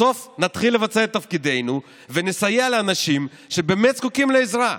בסוף נתחיל לבצע את תפקידנו ונסייע לאנשים שבאמת זקוקים לעזרה.